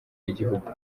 y’igihugu